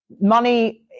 Money